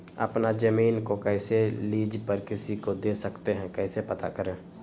अपना जमीन को कैसे लीज पर किसी को दे सकते है कैसे पता करें?